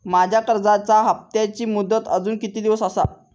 माझ्या कर्जाचा हप्ताची मुदत अजून किती दिवस असा?